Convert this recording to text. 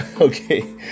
okay